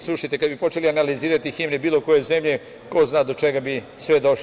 Slušajte, kada bi počeli analizirati himnu bilo koje zemlje, ko zna do čega bi sve došli.